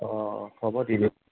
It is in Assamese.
অঁ হ'ব দিলো